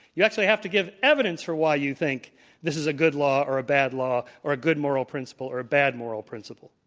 you actually have to give evidence for why you think this is a good law or a bad law or a good moral principle or a bad moral principle.